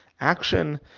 action